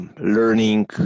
learning